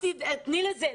תני לזה',